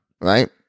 right